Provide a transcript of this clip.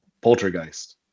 poltergeist